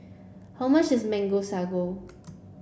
how much is Mango Sago